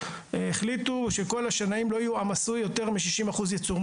החליטו שכל השנאים לא יועמסו יותר משישים אחוז ייצור.